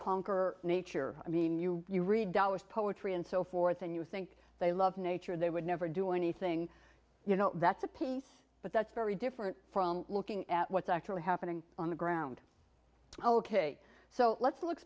conquer nature i mean you you read dollars poetry and so forth and you think they love nature they would never do anything you know that's a piece but that's very different from looking at what's actually happening on the ground oh ok so let's look